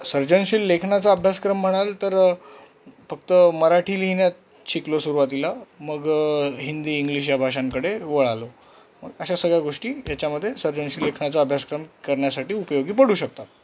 सर्जनशील लेखनाचा अभ्यासक्रम म्हणाल तर फक्त मराठी लिहिण्यात शिकलो सुरवातीला मग हिंदी इंग्लिश या भाषांकडे वळलो अशा सगळ्या गोष्टी याच्यामध्ये सर्जनशील लेखनाचा अभ्यासक्रम करण्यासाठी उपयोगी पडू शकतात